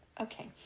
Okay